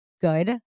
good